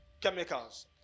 chemicals